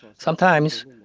sometimes,